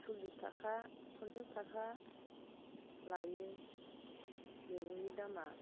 सल्लिस थाखा पन्सास थाखा लायो मैगंनि दामआ